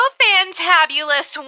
fantabulous